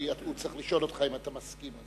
כי הוא צריך לשאול אותך אם אתה מסכים.